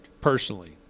personally